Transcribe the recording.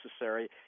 necessary